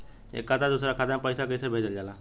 एक खाता से दूसरा खाता में पैसा कइसे भेजल जाला?